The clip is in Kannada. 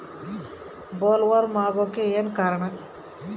ಬೊಲ್ವರ್ಮ್ ಆಗೋಕೆ ಕಾರಣ ಏನು?